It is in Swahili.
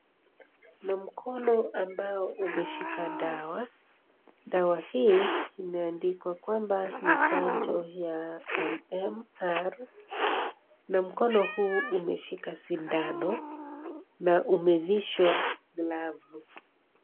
Kuna mkono ambao umeshika dawa. Dawa hii imeandikwa kwamba ni chanjo ya MMR na mkono huu umeshika sindano na umevishwa glavu.